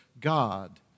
God